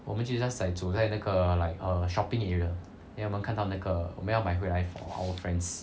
我们就 just like 走在那个 like a shopping area then 我们看到那个 then 要买回来 for our friends